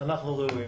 אנחנו ראויים.